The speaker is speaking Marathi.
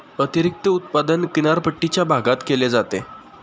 अतिरिक्त उत्पादन किनारपट्टीच्या भागात केले जाते